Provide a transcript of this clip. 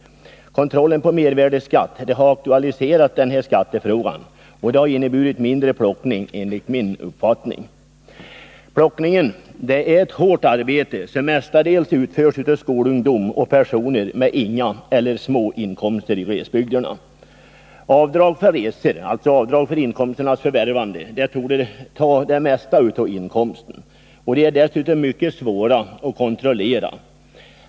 Kontrollen av mervärdeskatten har aktualiserat den här skattefrågan. Det har enligt min Plockning är ett hårt arbete, som mestadels utförs av skolungdom och Torsdagen den andra personer i glesbygderna med inga eller små inkomster. Avdrag för 16 oktober resor, dvs. avdrag för inkomsternas förvärvande, torde ta det mesta av inkomsten. Dessa avdrag är mycket svåra att kontrollera.